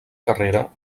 carrera